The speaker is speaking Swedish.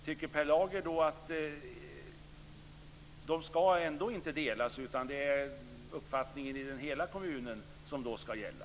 Tycker Per Lager att de ändå inte skall delas utan att det är uppfattningen i kommunen i dess helhet som skall gälla?